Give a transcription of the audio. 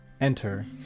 enter